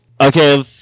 Okay